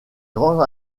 grand